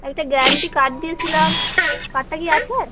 একটা guarantee card দিয়েছিলাম কার্ডটা কি আছে